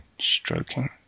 stroking